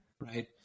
Right